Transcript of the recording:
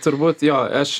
turbūt jo aš